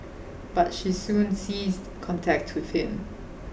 but she soon ceased contact with him